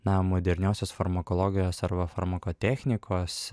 na moderniosios farmakologijos arba farmakotechnikos